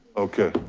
okay,